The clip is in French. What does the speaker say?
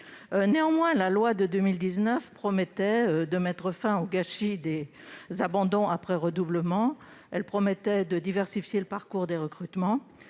Néanmoins, la loi de 2019 promettait de mettre fin au gâchis des abandons après redoublement ; elle promettait de diversifier le parcours des recrutements